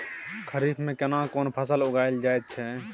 खरीफ में केना कोन फसल उगायल जायत छै?